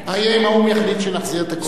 מה יהיה אם האו"ם יחליט שנחזיר את הכותל המערבי?